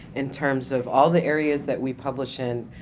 in terms of all the areas that we publish in,